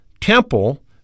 temple